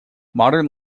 modern